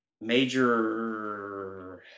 Major